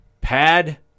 pad